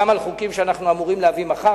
גם על חוקים שאנחנו אמורים להביא מחר.